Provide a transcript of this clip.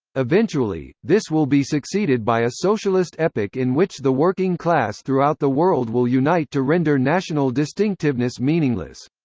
eventually, this will be succeeded by a socialist epoch in which the working class throughout the world will unite to render national distinctiveness meaningless.